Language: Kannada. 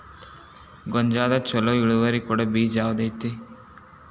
ಗೊಂಜಾಳದಾಗ ಛಲೋ ಇಳುವರಿ ಕೊಡೊ ಬೇಜ ಯಾವ್ದ್ ಐತಿ?